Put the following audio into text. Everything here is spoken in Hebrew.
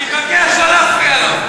אני מבקש לא להפריע לו.